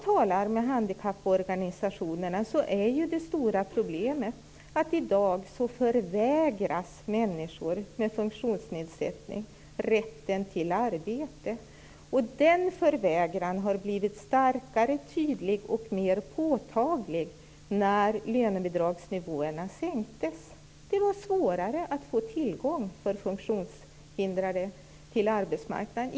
Enligt de handikapporganisationer som jag har talat med är det stora problemet att människor med funktionsnedsättning i dag förvägras rätten till arbete. Denna förvägran har blivit starkare, tydligare och mer påtaglig sedan lönebidragsnivåerna sänktes. Det har blivit svårare för funktionshindrade att få tillgång till arbetsmarknaden.